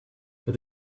het